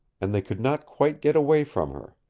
and they could not quite get away from her.